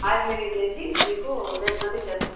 oil cleaning చేసి మీకు రేపటికంతా ఇచ్చేస్తాము